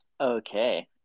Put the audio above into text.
Okay